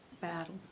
battle